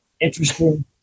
interesting